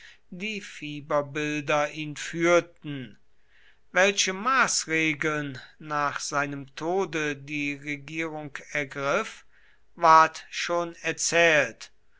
die fieberbilder ihn führten welche maßregeln nach seinem tode die regierung ergriff ward schon erzählt